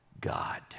God